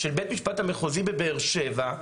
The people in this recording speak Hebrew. של בית משפט המחוזי בבאר שבע,